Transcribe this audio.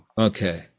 Okay